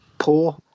Poor